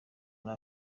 muri